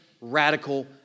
radical